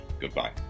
goodbye